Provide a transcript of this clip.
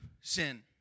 sin